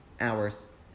hours